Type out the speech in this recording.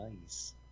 nice